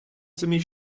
ziemlich